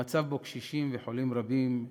המצב שבו קשישים וחולים רבים,